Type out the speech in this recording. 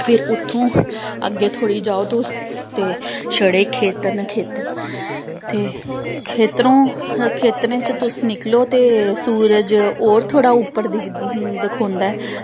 फिर उत्थों अग्गें थोह्ड़ी जाओ तुस ते छड़े खेत्तर न खेत्तर ते खेत्तरों खेत्तरें च तुस निकलो ते सूरज होर थोह्ड़ा उप्पर दिख दखोंदा ऐ